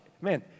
man